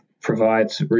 provides